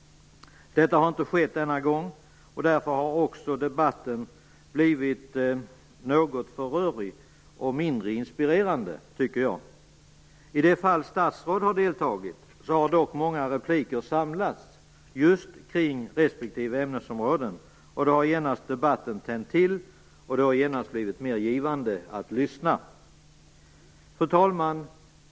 Detta har inte skett denna gång, och därför har också debatten blivit något för rörig och mindre inspirerande, tycker jag. I de fall statsråd har deltagit har dock många repliker samlats just kring respektive ämnesområde, och då har genast debatten tänt till och det har blivit mer givande att lyssna. Fru talman!